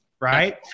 right